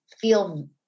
feel